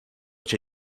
cię